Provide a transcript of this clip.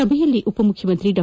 ಸಭೆಯಲ್ಲಿ ಉಪಮುಖ್ಯಮಂತ್ರಿ ಡಾ